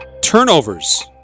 Turnovers